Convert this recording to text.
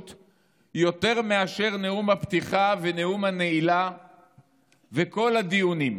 יותר מאשר נאום הפתיחה ונאום הנעילה וכל הדיונים".